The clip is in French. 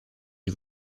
une